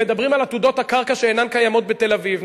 מדברים על עתודות הקרקע שאינן קיימות בתל-אביב.